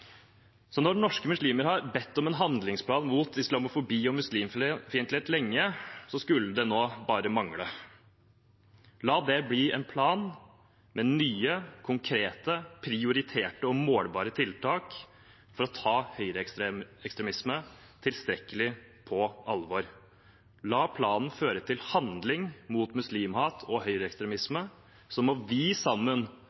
Så når norske muslimer har bedt om en handlingsplan mot islamofobi og muslimfiendtlighet lenge, skulle det bare mangle. La det bli en plan med nye, konkrete, prioriterte og målbare tiltak for å ta høyreekstremisme tilstrekkelig på alvor. La planen føre til handling mot muslimhat og